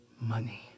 money